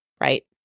Right